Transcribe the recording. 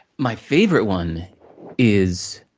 my favorite one is,